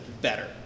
better